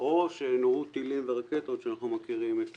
או שנורו טילים ורקטות שאנחנו מכירים את